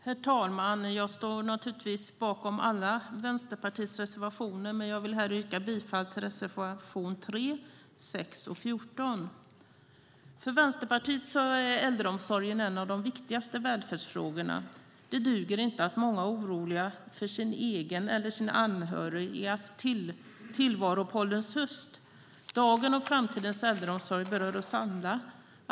Herr talman! Jag står naturligtvis bakom alla Vänsterpartiets reservationer, men yrkar här bifall endast till reservationerna 3, 6 och 14. För Vänsterpartiet är äldreomsorgen en av de viktigaste välfärdsfrågorna. Det duger inte att många är oroliga för sin egen eller sina anhörigas tillvaro på ålderns höst. Dagens och framtidens äldreomsorg berör oss alla.